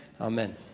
Amen